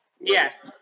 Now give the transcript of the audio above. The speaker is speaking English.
Yes